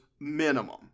minimum